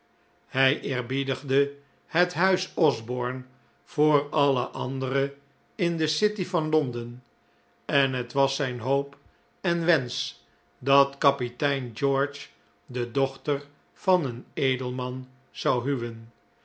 hij eerbiedigde het huis osborne voor alle andere in de city van londen en het was zijn hoop en wensch dat kapitein george de dochter van een edelman zou huwen